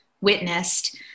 witnessed